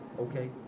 Okay